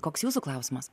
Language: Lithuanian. koks jūsų klausimas